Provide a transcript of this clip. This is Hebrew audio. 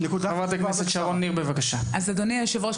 אדוני היושב-ראש,